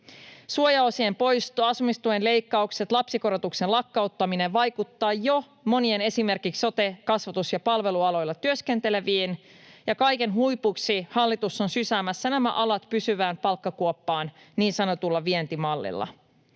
Suojaosien poisto, asumistuen leik-kaukset ja lapsikorotuksen lakkauttaminen vaikuttavat jo esimerkiksi moniin sote-, kasvatus- ja palvelualoilla työskenteleviin, ja kaiken huipuksi hallitus on sysäämässä nämä alat pysyvään palkkakuoppaan niin sanotulla vientimallilla.